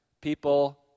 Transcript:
people